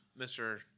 Mr